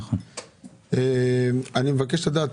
אני מבקש לדעת